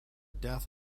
death